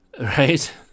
right